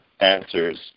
answers